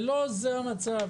סליחה, לא, תודה.